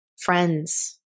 friends